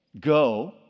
Go